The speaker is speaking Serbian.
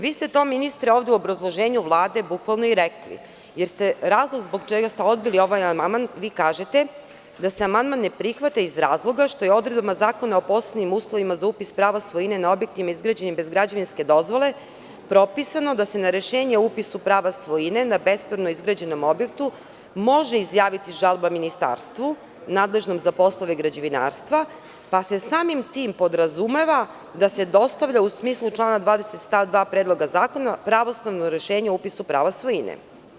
Vi ste to, ministre, ovde u obrazloženju Vlade to bukvalno i rekli, jer kao razlog zbog čega ste odbili ovaj amandman, vi kažete da se amandman ne prihvata iz razloga što je odredbama Zakona o posebnim uslovima za upis prava svojine na objektima izgrađenim bez građevinske dozvole propisano da se na rešenje o upisu prava svojine na bespravno izgrađenom objektu može izjaviti žalba ministarstvu nadležnom za poslove građevinarstva, pa se samim tim podrazumeva da se dostavlja u smislu člana 20. stav 2. Predloga zakona pravosnažno rešenje o upisu prava svojine.